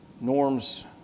norms